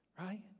Right